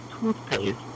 toothpaste